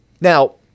Now